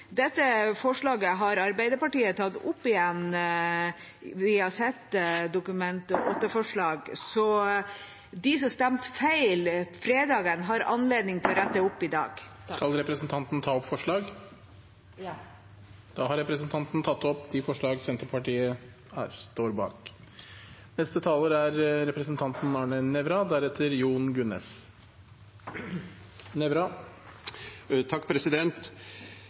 Dette forslaget har Arbeiderpartiet tatt opp igjen, i et Dokument 8-forslag. Så de som stemte feil fredagen, har anledning til å rette det opp i dag. Jeg tar opp Senterpartiets forslag. Representanten Siv Mossleth har tatt opp de